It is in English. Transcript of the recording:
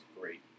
great